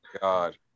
god